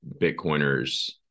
Bitcoiners